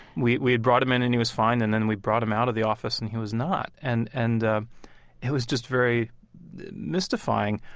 we we had brought him in and he was fine. and then we brought him out of the office and he was not. and and ah it was just very mystifying.